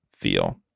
feel